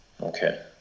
Okay